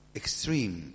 extreme